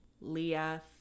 Leah